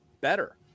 better